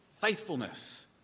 faithfulness